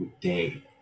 day